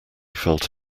felt